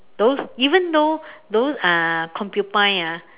those even though those uh concubine ah